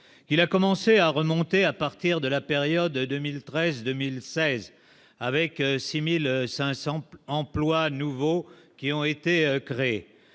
il a commencé à remonter à partir de la période 2013, 2016 avec 6500 emplois, emplois nouveaux qui ont été crées,